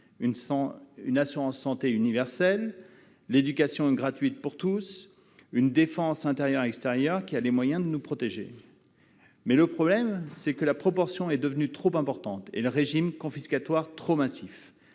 une assurance santé universelle, l'éducation gratuite pour tous, une défense, intérieure et extérieure, qui a les moyens de nous protéger. Le problème est que l'aide est devenue, en proportion, trop importante, et le régime confiscatoire trop massif,